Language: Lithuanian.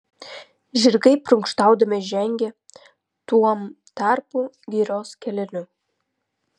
žirgai prunkštaudami žengė tuom tarpu girios keleliu